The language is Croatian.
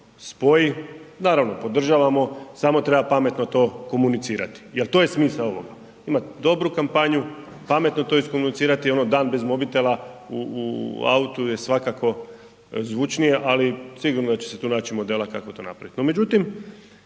naravno podržavamo samo treba pametno to komunicirati. Jer to je smisao ovoga, imati dobru kampanju, pametno to iskomunicirati i ono Dan bez mobitela u autu je svakako zvučnije ali sigurno da će se tu naći modela kako to napraviti.